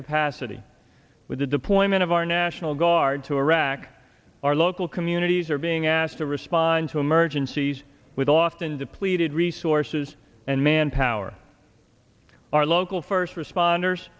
capacity with the deployment of our national guard to iraq our local communities are being asked to respond to emergencies with often depleted resources and manpower our local first responders